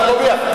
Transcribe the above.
אנחנו לא ביחד,